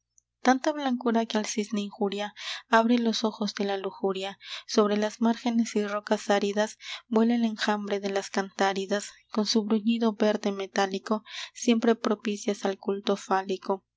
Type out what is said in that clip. tanta blancura que al cisne injuria abre los ojos de la lujuria sobre las márgenes y rocas áridas vuela el enjambre de las cantáridas con su bruñido verde metálico siempre propicias al culto fálico